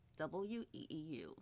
WEEU